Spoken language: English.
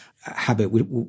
habit